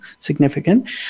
significant